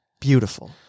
beautiful